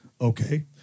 okay